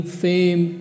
fame